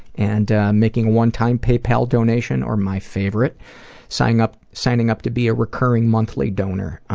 and making one-time paypal donation or my favorite signing up signing up to be a recurring monthly donor.